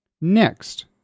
Next